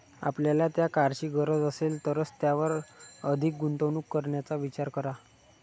आपल्याला त्या कारची गरज असेल तरच त्यावर अधिक गुंतवणूक करण्याचा विचार करा